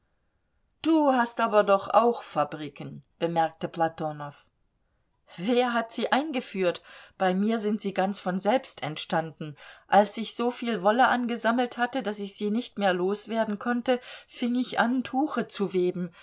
du hast aber doch auch fabriken bemerkte platonow wer hat sie eingeführt bei mir sind sie ganz von selbst entstanden als sich so viel wolle angesammelt hatte daß ich sie nicht mehr los werden konnte fing ich an tuche zu weben